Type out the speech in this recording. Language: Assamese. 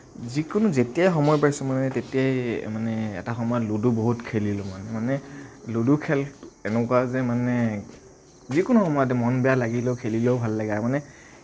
যিকোনো যেতিয়াই সময় পাইছোঁ মানে তেতিয়াই মানে এটা সময়ত লুডু বহুত খেলিলোঁ মই মানে লুডু খেল এনেকুৱা যে মানে যিকোনো সময়তে মন বেয়া লাগিলেও খেলিলেও ভাল লাগে মানে